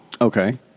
Okay